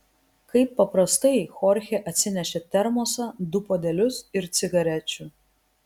kaip paprastai chorchė atsinešė termosą du puodelius ir cigarečių